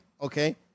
Okay